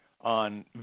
on